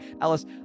Alice